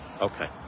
Okay